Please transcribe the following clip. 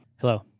Hello